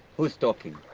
who's talking?